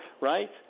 right